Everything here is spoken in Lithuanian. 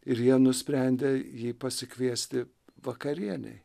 ir jie nusprendė jį pasikviesti vakarienei